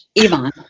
Ivan